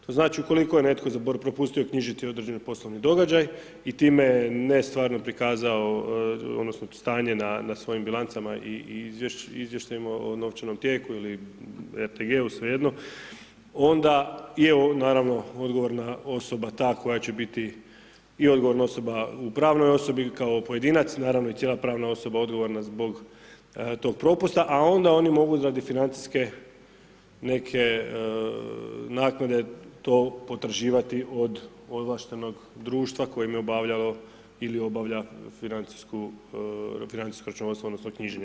To znači ukoliko je netko propustio knjižiti određeni poslovni događaj i time je nestvarno prikazao odnosno stanje na svojim bilancama i izvještajima o novčanom tijeku ili FTG-u, svejedno, onda je naravno odgovorna osoba ta koja će biti i odgovorna osoba u pravnoj osobi kao pojedinac, naravno i cijela pravna osoba odgovorna zbog toga propusta, a onda oni mogu radi financijske neke naknade to potraživati od ovlaštenog društva koje im je obavljalo ili obavlja financijsko računovodstvenu vrstu knjiženja.